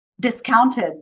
discounted